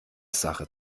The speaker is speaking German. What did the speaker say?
sache